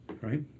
right